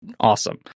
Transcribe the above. awesome